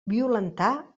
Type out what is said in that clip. violentar